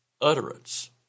utterance